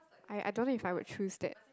I I don't know if I would choose that